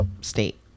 state